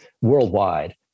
worldwide